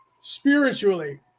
spiritually